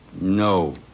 No